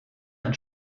ein